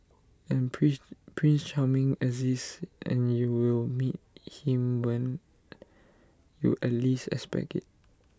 and prince Prince charming exists and you will meet him when you at least expect IT